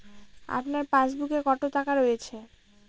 আপনার পাসবুকে কত টাকা রয়েছে?